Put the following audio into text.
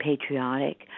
patriotic